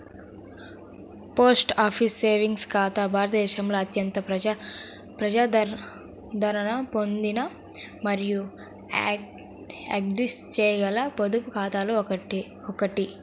post office savings ఖాతా భారతదేశంలో అత్యంత ప్రజాదరణ పొందిన మరియు యాక్సెస్ చేయగల పొదుపు ఖాతాలలో ఒకటి